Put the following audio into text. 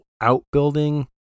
outbuilding